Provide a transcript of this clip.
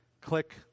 click